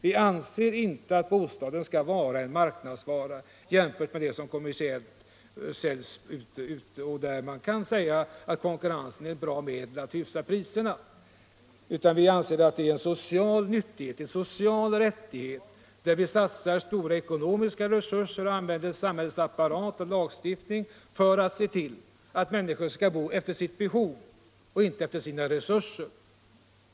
Vi vill inte att bostaden skall vara en handelsvara jämställd med allt annat som säljs på den kommersiella marknaden där man kan säga att konkurrensen är ett bra medel att hålla tillbaka priserna. Vi anser att god bostad är en social nyttighet och en social rättighet. Vi satsar stora ekonomiska resurser och använder samhällsapparat och lagstiftning för att se till att människor får bo efter sina behov och inte efter sina resurser.